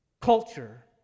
culture